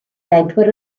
bedwar